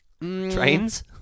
Trains